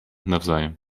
nawzajem